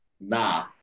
Nah